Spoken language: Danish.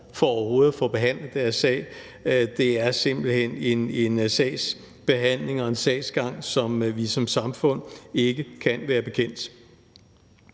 på overhovedet at få behandlet deres sag. Det er simpelt hen en sagsbehandling og en sagsgang, som vi som samfund ikke kan være bekendt.